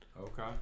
Okay